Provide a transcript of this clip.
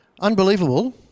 Unbelievable